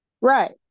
Right